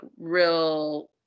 real